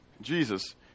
Jesus